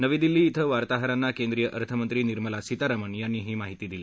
नवी दिल्ली इथविर्ताहरात्ति केंद्रीय अर्थमक्ती निर्मला सीतारामन यात्ती ही माहिती दिली